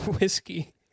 whiskey